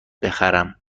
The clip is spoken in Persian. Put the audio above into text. بخرم